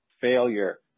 failure